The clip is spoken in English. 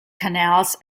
canals